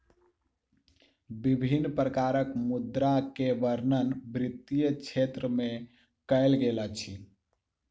विभिन्न प्रकारक मुद्रा के वर्णन वित्तीय क्षेत्र में कयल गेल अछि